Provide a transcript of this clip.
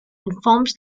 informs